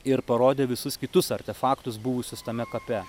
ir parodė visus kitus artefaktus buvusius tame kape